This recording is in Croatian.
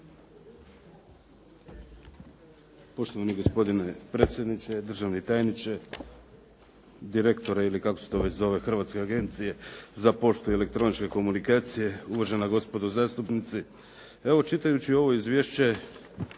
Poštovani gospodine predsjedniče, državni tajniče, direktore ili kako se to već zove Hrvatske agencije za poštu i elektroničke komunikacije, uvažena gospodo zastupnici. Evo, čitajući ovo izvješće,